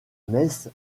messe